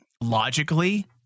logically